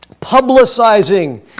publicizing